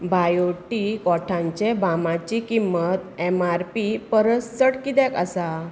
Biotique ओठांचे बामाची किंमत एम आर पी परस चड कित्याक आसा